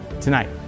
tonight